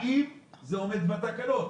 האם זה עומד בתקנות?